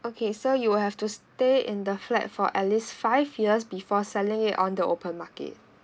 okay so you will have to stay in the flat for at least five years before selling it on the open market